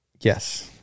Yes